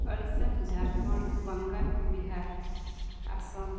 Odisha Jharkhand Bengal Bihar Assam